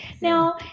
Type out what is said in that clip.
now